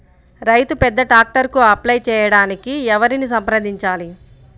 రైతు పెద్ద ట్రాక్టర్కు అప్లై చేయడానికి ఎవరిని సంప్రదించాలి?